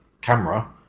camera